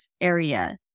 area